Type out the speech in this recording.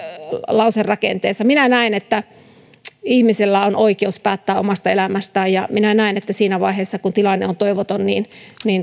lauserakenteensa minä näen että ihmisellä on oikeus päättää omasta elämästään ja minä näen että siinä vaiheessa kun tilanne on toivoton